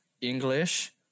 english